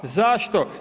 Zašto?